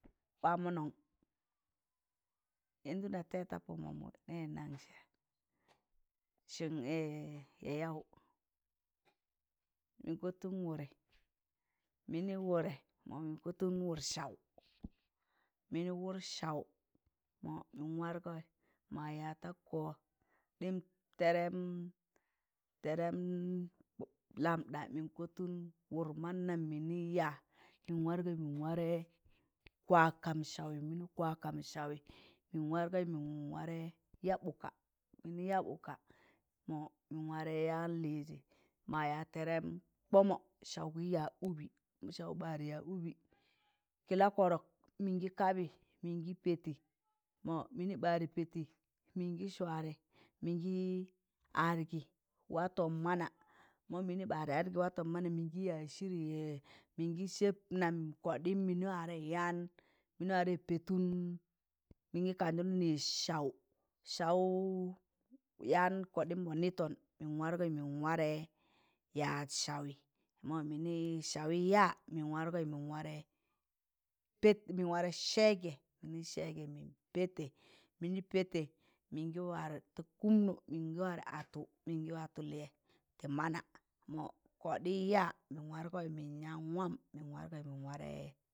Wamọnọn yenzu na tẹị ta pọ mamụ nẹ nan sẹẹ? sum yayaụ mịn kọtụn wụrị mịn wụrẹ mọ mịn kọtụn wụr saụ mịnị wụr saụ mọ mịn warẹgọị ma yaịz ta kọ tẹẹrẹm tẹẹrẹm lamɗa mịn kọtụn wụd ma nam mịnị yaa mịn wargaị mịn warẹ kwak kam saụ mịnị kwak kam saụ mịn wargọị mịn warẹ yaa ɓụụka mịnị yaa ɓụụka mọ mịn warẹ yaan lịịzị ma yaa tẹẹrẹm kbọmọ saụ gị yaịz ụbị kịlakọrọk mịngị kabị mịngị pẹẹtị, mọ mịngị ɓarẹ pẹẹtị, mịngị swadẹ. Mịngị adgị watọn mana mọ mịnị ɓarị adgị watọn mana mọ mịngị yaịz shiri mịngị sẹb nam kọɗim mịnị warẹ yaan mịnị warẹ pẹẹtụn mịngị kanzọn nịịz saụ saụ yaan kọɗịịm mọ nịịtọn mịn wargọị mịn warẹ yaat saụ mọ minị saụ yaa mịn wargọị mịn warẹ, pẹt mịn wargẹ sẹẹgẹ mịnị sẹẹgẹ mịn pẹẹtẹ mịnị pẹẹtẹ mịngị war ta kụụmnụ mịngị warẹ atọ mịngị watọ lịyẹ tị mana mọ kọdịị yaa mịn wargọị mịn yaan wam mịn wargọị mịn warẹ.